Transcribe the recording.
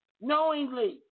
Knowingly